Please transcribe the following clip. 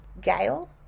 Gail